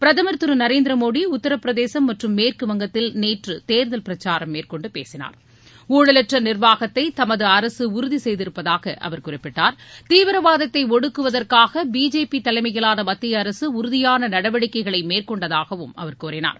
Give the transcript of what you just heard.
பிரதுர் திரு நரேந்திர மோடி உத்தரபிரதேசம் மற்றும் மேற்குவங்கத்தில் நேற்று தேர்தல் பிரச்சாரம் மேற்கொண்டு பேசினார் ஊழலற்ற நிர்வாகத்தை தமது அரசு உறுதி செய்திருப்பதாக அவர் குறிப்பிட்டார் தீவிரவாதத்தை ஒடுக்குவதற்காக பிஜேபி தலைமையிலான மத்திய உறுதியான நடவடிக்கைகளை மேற்கொண்டதாகவும் அவர் கூறினார்